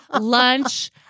lunch